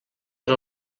per